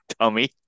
tummy